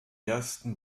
ersten